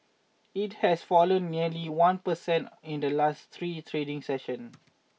it has fallen nearly one per cent in the last three trading sessions